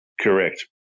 correct